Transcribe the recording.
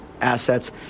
assets